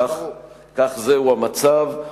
כך הוא המצב,